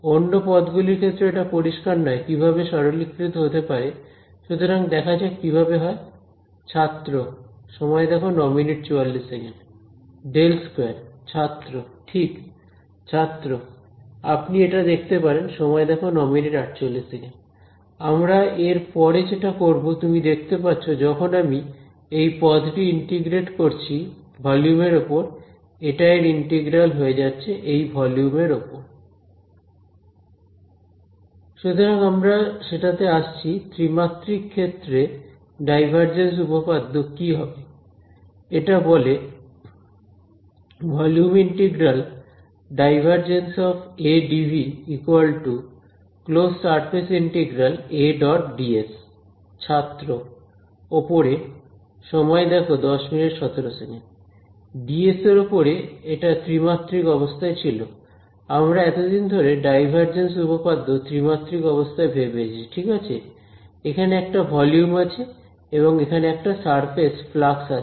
অন্য পদগুলির ক্ষেত্রে এটা পরিস্কার নয় কিভাবে সরলীকৃত হতে পারে সুতরাং দেখা যাক কিভাবে হয় ∇2 ছাত্র ঠিক ছাত্র আপনি এটা দেখতে পারেন আমরা এর পরে যেটা করব তুমি দেখতে পাচ্ছো যখন আমি এই পদটি ইন্টিগ্রেট করছি ভলিউম এর ওপর এটা এর ইন্টিগ্রাল হয়ে যাচ্ছে এই ভলিউম এর ওপর সুতরাং আমরা সেটাতে আসছি ত্রিমাত্রিক ক্ষেত্রে ডাইভারজেন্স উপপাদ্য কি হবে এটা বলে dV ছাত্র ওপরে ds এর উপরে এটা ত্রিমাত্রিক অবস্থায় ছিল আমরা এতদিন ধরে ডাইভারজেন্স উপপাদ্য ত্রিমাত্রিক অবস্থায় ভেবে এসেছি ঠিক আছে এখানে একটা ভলিউম আছে এবং এখানে একটা সারফেস ফ্লাক্স আছে